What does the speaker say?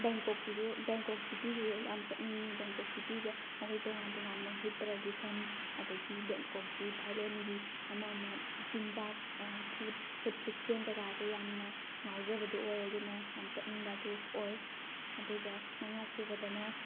ꯕꯦꯡꯀꯣꯛꯁꯤꯁꯨ Bangkok ꯁꯤꯇꯤꯁꯤꯁꯨ ꯌꯥꯝ ꯆꯠꯅꯤꯡꯉꯤ ꯕꯦꯡꯀꯣꯛ ꯁꯤꯇꯤꯁꯤꯗ ꯃꯈꯣꯏ ꯇꯣꯉꯥꯟ ꯇꯣꯉꯥꯟ ꯃꯈꯣꯏ ꯇ꯭ꯔꯦꯗꯤꯁꯟ ꯑꯗꯒꯤ ꯕꯦꯡꯀꯣꯛꯀꯤ ꯊꯥꯏꯂꯦꯟꯒꯤ ꯑꯃ ꯑꯃ ꯆꯤꯟꯖꯥꯛ ꯐꯨꯗ ꯐꯨꯗ ꯁꯤꯁꯇꯦꯝ ꯀꯩꯀꯥꯁꯦ ꯌꯥꯝꯅ ꯉꯥꯎꯖꯕꯗꯨ ꯑꯣꯏ ꯑꯗꯨꯅ ꯌꯥꯝ ꯆꯠꯅꯤꯡꯕꯗꯨ ꯑꯣꯏ ꯑꯗꯨꯒ ꯃꯉꯥ ꯁꯨꯕꯗꯅ